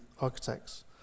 architects